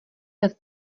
nad